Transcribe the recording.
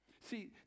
see